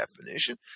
definition